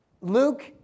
Luke